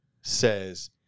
says